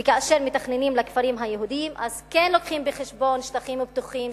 וכאשר מתכננים לכפרים היהודיים כן מביאים בחשבון שטחים פתוחים,